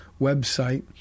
website